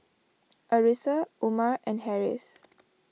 Arissa Umar and Harris